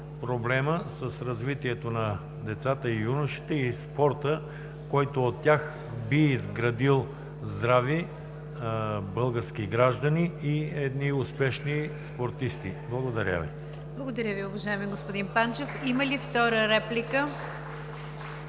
проблемът с развитието на децата и юношите, и спортът, който от тях би изградил здрави български граждани и едни успешни спортисти? Благодаря Ви. ПРЕДСЕДАТЕЛ НИГЯР ДЖАФЕР: Благодаря Ви, уважаеми господин Панчев. Има ли втора реплика?